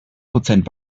prozent